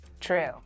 true